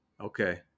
Okay